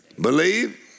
Believe